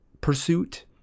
pursuit